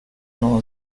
not